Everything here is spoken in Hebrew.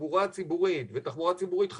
תחבורה ציבורית ותחבורה ציבורית חשמלית,